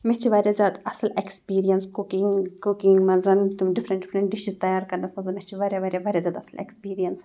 مےٚ چھِ واریاہ زیادٕ اَصٕل اٮ۪کسپیٖریَنٕس کُکِنٛگ کُکِنٛگ منٛز تِم ڈِفرَنٛٹ ڈِفرَنٛٹ ڈِشِز تیار کَرنَس منٛز مےٚ چھِ واریاہ واریاہ ورایاہ زیادٕ اَصٕل اٮ۪کٕسپیٖریَنٕس